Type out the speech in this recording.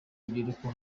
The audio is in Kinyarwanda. rubyiruko